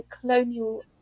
colonial